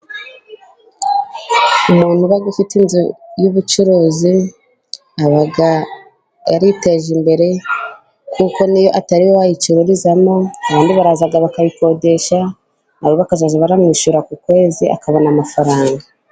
Umuntu uba ufite inzu y'ubucuruzi, aba yariteje imbere, kuko niyo atariwe wayicururizamo, abandi baraza bakayikodesha, nabo bakazajya bamwishyura ku kwezi, akabona amafaranga.